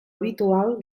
habitual